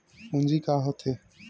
पूंजी का होथे?